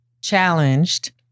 challenged